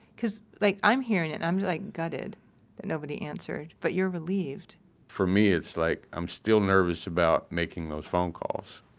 cause like i'm hearing it and i'm, like, gutted that nobody answered. but you're relieved for me, it's like, i'm still nervous about making those phone calls.